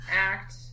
act